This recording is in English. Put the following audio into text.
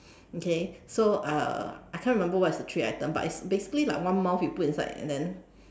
okay so uh I can't remember what's the three item but it's basically like one mouth you put inside and then